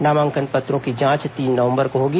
नामांकन पत्रों की जांच तीन नवंबर को होगी